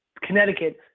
Connecticut